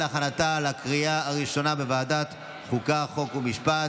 חוק ומשפט